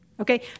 Okay